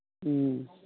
ꯎꯝ